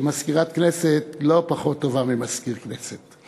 שמזכירת הכנסת לא פחות טובה ממזכיר הכנסת.